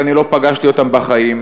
ואני לא פגשתי אותם בחיים,